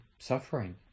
suffering